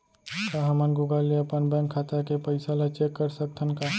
का हमन गूगल ले अपन बैंक खाता के पइसा ला चेक कर सकथन का?